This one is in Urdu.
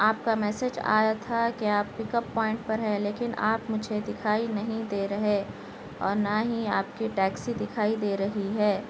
آپ کا میسج آیا تھا کہ آپ پک اپ پوائنٹ پر ہیں لیکن آپ مجھے دکھائی نہیں دے رہے اور نہ ہی آپ کی ٹیکسی دکھائی دے رہی ہے